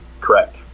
Correct